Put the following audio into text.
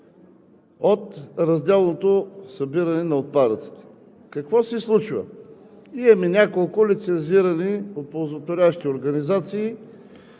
от разделното събиране на отпадъците. Какво се случва? Имаме няколко лицензирани оползотворяващи организации,